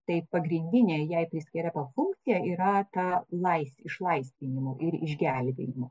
tai pagrindinė jai priskiriama funkcija yra ta lais išlaisvinimo ir išgelbėjimo